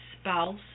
spouse